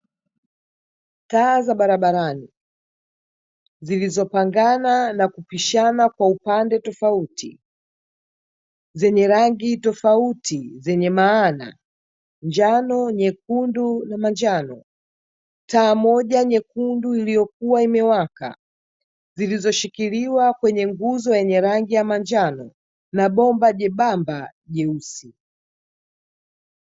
Taa za barabarani zilizopangana na kupishana kwa upande tofauti. Zenye rangi tofauti zenye maana: njano, nyekundu na manjano; taa moja nyekundu iliyokuwa imewaka, zilizoshikiliwa kwenye nguzo yenye rangi ya manjano na bomba jembamba jeusi.